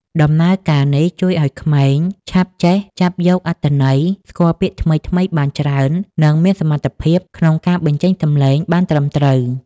ដំណើរការនេះជួយឱ្យក្មេងឆាប់ចេះចាប់យកអត្ថន័យ ស្គាល់ពាក្យថ្មីៗបានច្រើន និងមានសមត្ថភាពក្នុងការបញ្ចេញសំឡេងបានត្រឹមត្រូវ